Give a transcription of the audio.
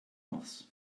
moss